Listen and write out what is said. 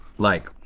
like,